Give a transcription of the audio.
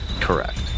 correct